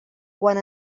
quan